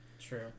True